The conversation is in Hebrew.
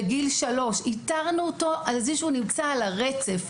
בגיל 3. איתרנו אותו על זה שהוא נמצא על הרצף.